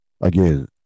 Again